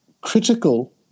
critical